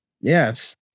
yes